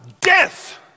death